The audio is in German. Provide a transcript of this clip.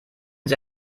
sie